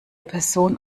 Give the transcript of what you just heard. person